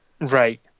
Right